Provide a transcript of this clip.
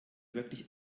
wirklich